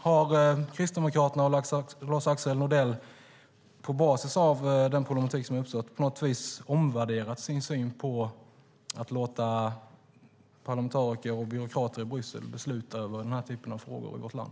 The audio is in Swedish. Har Kristdemokraterna och Lars-Axel Nordell på basis av den problematik som har uppstått på något sätt omvärderat sin syn på att låta parlamentariker och byråkrater i Bryssel besluta om denna typ av frågor i vårt land?